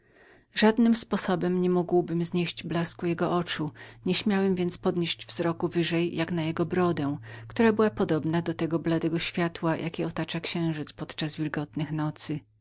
ale żadnym sposobem nie mogłem znieść blasku jego oczu moich zaś nie śmiałem podnieść wyżej jak na jego brodę która była podobną do tego bladego światła jakie otacza księżyc podczas wilgotnych nocy